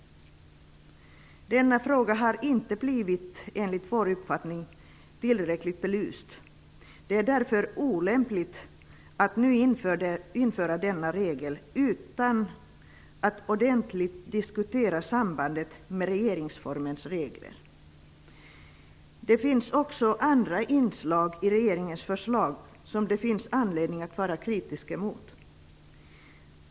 Denna fråga har enligt vår uppfattning inte blivit tillräckligt belyst. Det är därför olämpligt att nu införa denna regel utan att ordentligt diskutera sambandet med regeringsformens regler. Det finns också andra inslag i regeringens förslag som det finns anledning att vara kritisk mot.